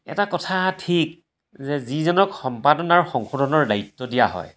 এটা কথা ঠিক যে যিজনক সম্পাদন আৰু সংশোধনৰ দায়িত্ব দিয়া হয়